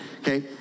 Okay